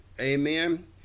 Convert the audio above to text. Amen